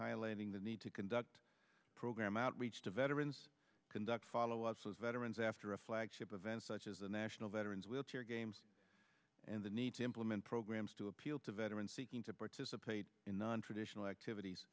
highlighting the need to conduct program outreach to veterans conduct follow up veterans after a flagship event such as the national veterans wheelchair games and the need to implement programs to appeal to veterans seeking to participate in the nontraditional activities